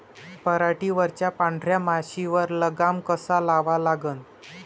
पराटीवरच्या पांढऱ्या माशीवर लगाम कसा लावा लागन?